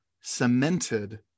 cemented